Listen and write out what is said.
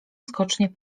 skocznie